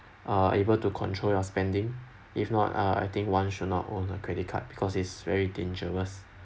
uh able to control your spending if not uh I think one should not own a credit card because it's very dangerous